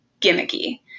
gimmicky